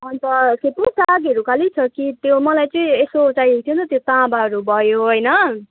अन्त के पो सागहरू खालि छ कि त्यो मलाई चाहिँ यस्तो चाहिएको थियो त्यो तामाहरू भयो होइन